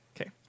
Okay